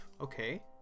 Okay